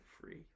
Free